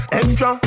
extra